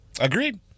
Agreed